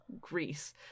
greece